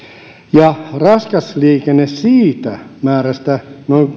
ja raskas liikenne siitä määrästä